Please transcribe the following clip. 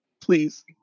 please